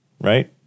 right